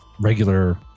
regular